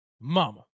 mama